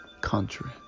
country